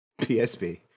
PSB